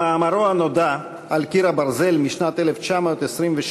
במאמרו הנודע "על קיר הברזל" משנת 1923,